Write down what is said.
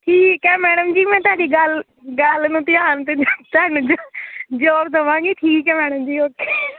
ਠੀਕ ਹੈ ਮੈਡਮ ਜੀ ਮੈਂ ਤੁਹਾਡੀ ਗੱਲ ਗੱਲ ਨੂੰ ਧਿਆਨ ਅਤੇ ਦਿੱਤਾ ਮੈਨੂੰ ਜ਼ੋਰ ਦੇਵਾਂਗੀ ਠੀਕ ਹੈ ਮੈਡਮ ਜੀ ਓਕੇ